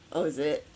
oh is it